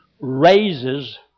raises